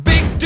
Big